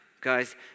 Guys